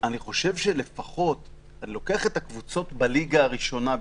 אני מתייחס לקבוצות בליגה הראשונה בלבד.